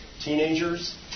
teenagers